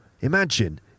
imagine